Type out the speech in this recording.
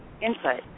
input